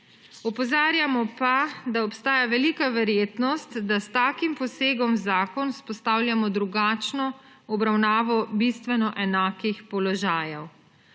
Opozarjamo pa, da obstaja velika verjetnost, da s takim posegom v zakon vzpostavljamo drugačno obravnavo bistveno enakih položajev.